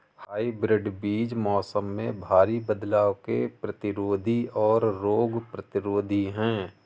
hybrid बीज मौसम में भारी बदलाव के प्रतिरोधी और रोग प्रतिरोधी हैं